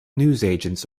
newsagents